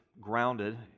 grounded